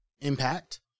Impact